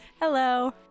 Hello